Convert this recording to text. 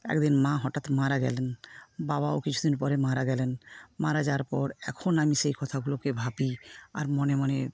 একদিন মা হঠাৎ মারা গেলেন বাবাও কিছুদিন পরে মারা গেলেন মারা যাওয়ার পর এখন আমি সেই কথাগুলোকে ভাবি আর মনে মনে